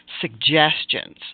suggestions